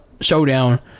showdown